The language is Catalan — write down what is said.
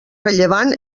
rellevant